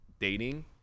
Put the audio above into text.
dating